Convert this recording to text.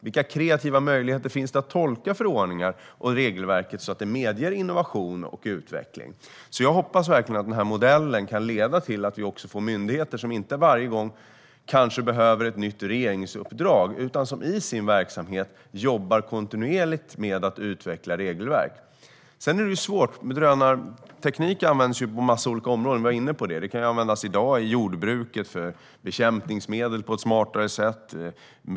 Vilka kreativa möjligheter finns det att tolka förordningar och regelverk så att innovation och utveckling medges? Jag hoppas verkligen att den här modellen kan leda till att myndigheter kanske inte behöver ett nytt regeringsuppdrag varje gång utan att de jobbar kontinuerligt med att utveckla regelverk i sina verksamheter. Det är svårt. Drönarteknik används på en massa olika områden, vilket vi var inne på. I dag kan den användas i jordbruket, för att använda bekämpningsmedel på ett smartare sätt.